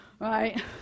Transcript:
Right